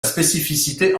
spécificité